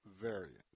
variant